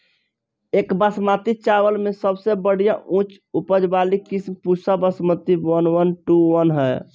एक बासमती चावल में सबसे बढ़िया उच्च उपज वाली किस्म Pusa Basmati one one two one ह?